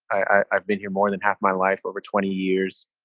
i've been here more than half my life over twenty years,